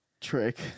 Trick